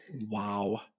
Wow